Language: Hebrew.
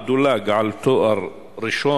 מדוע דולג על תואר ראשון?